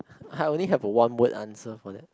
I only have a one word answer for that